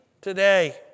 today